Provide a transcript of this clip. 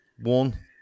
One